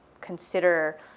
consider